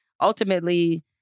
ultimately